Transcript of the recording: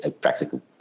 practical